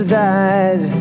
died